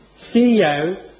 CEO